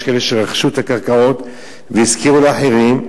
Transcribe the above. יש כאלה שרכשו את הקרקעות והשכירו לאחרים,